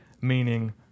Meaning